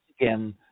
again